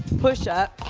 push-up,